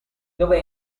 dove